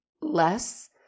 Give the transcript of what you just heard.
less